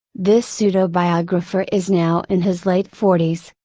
this pseudo biographer is now in his late forties,